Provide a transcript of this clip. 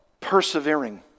persevering